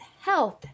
health